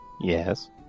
yes